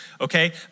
okay